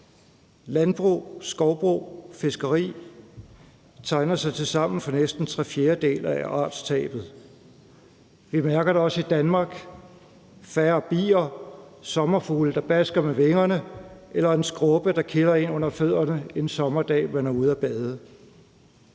Landbrug, skovbrug og fiskeri tegner sig tilsammen for næsten tre fjerdedele af artstabet. Vi mærker det også i Danmark. Der er færre bier, sommerfugle, der basker med vingerne, eller skrubber, der kilder en under fødderne, en sommerdag man er ude at bade.